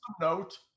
note